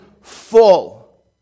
full